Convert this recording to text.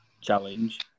challenge